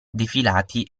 defilati